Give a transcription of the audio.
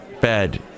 Bed